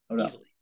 easily